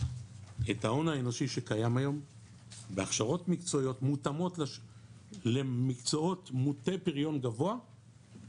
את ההון האנושי שקיים היום בהכשרות מקצועיות למקצועות מוטי פריון גבוה,